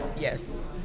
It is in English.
Yes